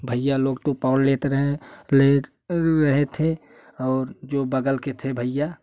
भैया लोग तो पोढ़ लेते रहे हैं लेत रहे थे और जो बग़ल के थे भैया